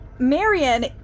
marion